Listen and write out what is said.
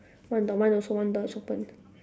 one door mine also one door is open